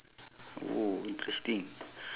oh interesting